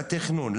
לתכנון,